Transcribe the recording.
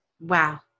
Wow